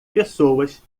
pessoas